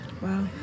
Wow